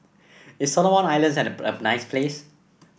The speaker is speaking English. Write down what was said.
is Solomon Islands a nice place